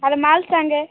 ହାର୍ ମାଲ୍ ସାଙ୍ଗେ